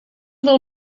del